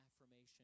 affirmation